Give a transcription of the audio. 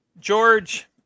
George